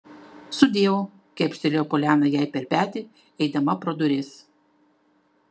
sudieu kepštelėjo poliana jai per petį eidama pro duris